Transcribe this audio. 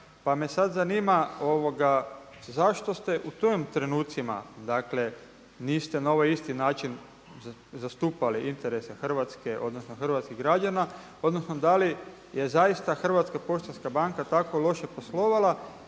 Pa me sad zanima zašto ste u tim trenucima, dakle niste na ovaj isti način zastupali interese Hrvatske odnosno hrvatskih građana, odnosno da li je zaista Hrvatska poštanska banka tako loše poslovala.